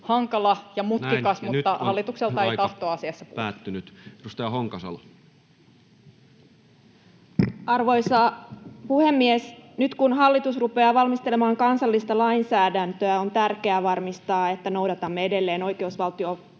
aika päättynyt. — Edustaja Honkasalo. Arvoisa puhemies! Nyt kun hallitus rupeaa valmistelemaan kansallista lainsäädäntöä, on tärkeää varmistaa, että noudatamme edelleen oikeusvaltioperiaatetta